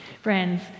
Friends